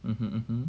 mmhmm mmhmm